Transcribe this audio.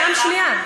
פעם שנייה.